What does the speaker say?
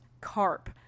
carp